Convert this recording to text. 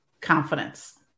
confidence